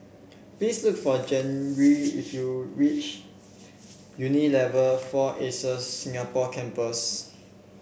please look for Geri if you reach Unilever Four Acres Singapore Campus